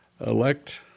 elect